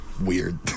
weird